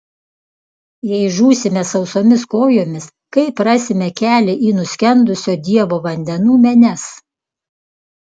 jei žūsime sausomis kojomis kaip rasime kelią į nuskendusio dievo vandenų menes